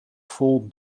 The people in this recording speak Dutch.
vol